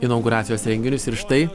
inauguracijos renginius ir štai